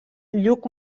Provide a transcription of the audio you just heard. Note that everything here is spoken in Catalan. lluc